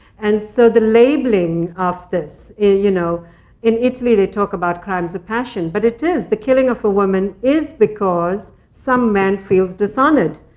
and so the labeling of this you know in italy, they talk about crimes of passion. but it is. the killing of a woman is because some man feels dishonored,